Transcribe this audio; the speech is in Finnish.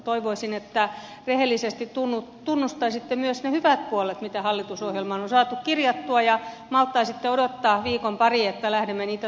toivoisin että rehellisesti tunnustaisitte myös ne hyvät puolet mitä hallitusohjelmaan on saatu kirjattua ja malttaisitte odottaa viikon pari että lähdemme niitä toteuttamaan